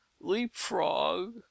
leapfrog